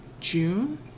June